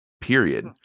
Period